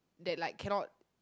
that like cannot